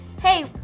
hey